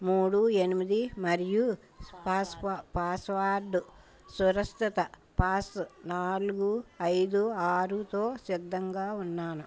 మూడు ఎనిమిది మరియు పాస్ పాస్వర్డ్ సురక్షిత పాస్ నాలుగు ఐదు ఆరుతో సిద్ధంగా ఉన్నాను